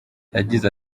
yagize